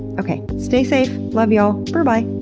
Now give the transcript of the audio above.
okay, stay safe, love y'all, berbye!